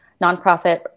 nonprofit